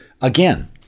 again